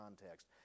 context